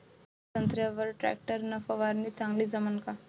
संत्र्यावर वर टॅक्टर न फवारनी चांगली जमन का?